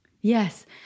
Yes